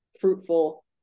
fruitful